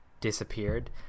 disappeared